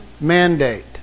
mandate